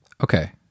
okay